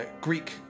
Greek